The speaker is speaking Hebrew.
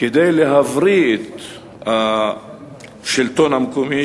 כדי להבריא את השלטון המקומי,